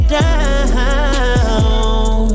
down